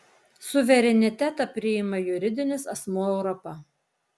suverenitetą priima juridinis asmuo europa